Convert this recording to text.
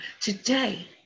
Today